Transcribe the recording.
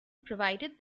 provided